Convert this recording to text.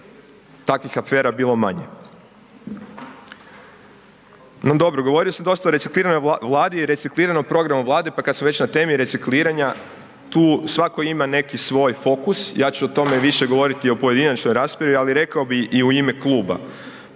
takvih afera bilo manje. No dobro, govorilo se dosta o resetiranju Vlade i recikliranom programu Vlade pa kad sam već na temi recikliranja, tu svako ima neki svoj fokus, ja ću o tome više govoriti u pojedinačnoj raspravi ali rekao bi i u ime kluba